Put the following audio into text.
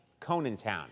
Conantown